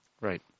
Right